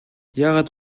яагаад